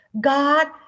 God